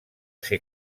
ser